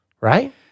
right